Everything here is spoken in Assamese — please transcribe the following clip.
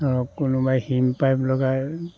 আৰু কোনোবাই হিম পাইপ লগায়